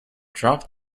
drop